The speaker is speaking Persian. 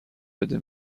بده